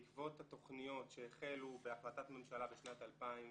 בעקבות התוכניות שהחלו בהחלטת ממשלה בשנת 2009